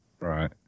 Right